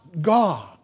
God